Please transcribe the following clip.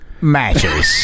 matches